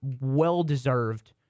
well-deserved